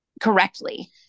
correctly